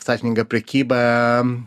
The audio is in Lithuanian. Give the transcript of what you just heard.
sąžiningą prekybą